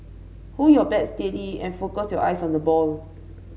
hold your bat steady and focus your eyes on the ball